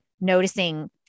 noticing